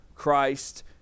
Christ